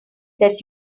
that